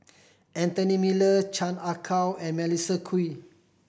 Anthony Miller Chan Ah Kow and Melissa Kwee